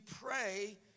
pray